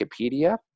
Wikipedia